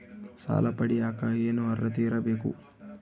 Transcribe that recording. ಸಾಲ ಪಡಿಯಕ ಏನು ಅರ್ಹತೆ ಇರಬೇಕು?